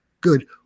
Good